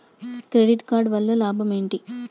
Credit card వల్ల లాభం ఏంటి?